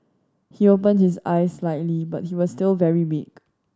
he opened his eyes slightly but he was still very weak